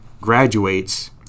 graduates